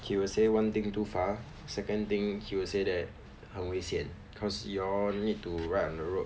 he will say one thing too far second thing he would say that 很危险 cause you all need to ride on the road